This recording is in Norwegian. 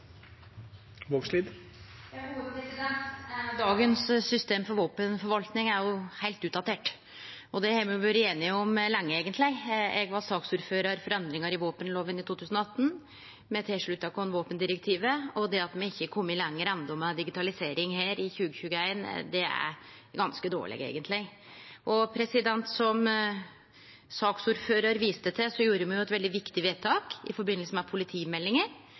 Dagens system for våpenforvaltning er heilt utdatert. Det har me vore einige om lenge, eigentleg. Eg var saksordførar for endringar i våpenloven i 2018. Me slutta oss til våpendirektivet, og det at me enno ikkje er komne lenger med digitalisering her i 2021, er eigentleg ganske dårleg. Som representanten Amundsen viste til, gjorde me eit veldig viktig vedtak i forbindelse med politimeldinga,